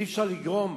אי-אפשר לגרום